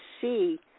see